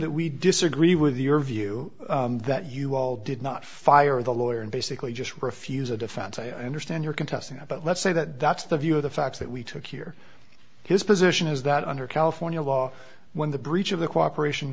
that we disagree with your view that you all did not fire the lawyer and basically just refuse a defense i understand your contesting but let's say that that's the view of the facts that we took here his position is that under california law when the breach of the cooperation